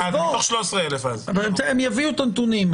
אז בוא, הם יביאו את הנתונים.